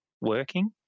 working